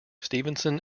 stevenson